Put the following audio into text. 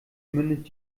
mündet